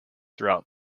throughout